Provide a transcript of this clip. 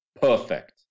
perfect